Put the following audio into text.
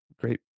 great